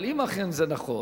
אבל אם אכן זה נכון,